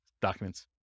documents